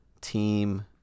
team